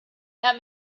that